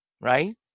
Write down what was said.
right